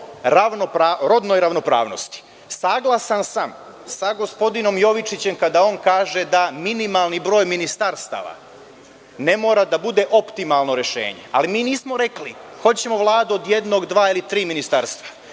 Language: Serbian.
rodnoj ravnopravnosti. Saglasan sam sa gospodinom Jovičićem kada kaže da minimalni broj ministarstava ne mora da bude optimalno rešenje, ali mi nismo rekli – hoćemo Vladu od jednog, dva ili tri ministarstva.